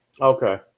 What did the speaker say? Okay